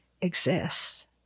exists